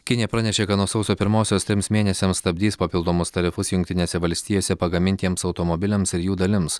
kinija pranešė kad nuo sausio pirmosios trims mėnesiams stabdys papildomus tarifus jungtinėse valstijose pagamintiems automobiliams ir jų dalims